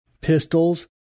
Pistols